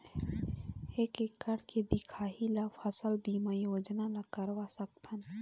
एक एकड़ के दिखाही ला फसल बीमा योजना ला करवा सकथन?